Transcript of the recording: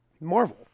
Marvel